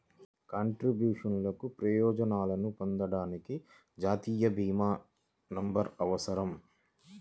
కంట్రిబ్యూషన్లకు ప్రయోజనాలను పొందడానికి, జాతీయ భీమా నంబర్అవసరం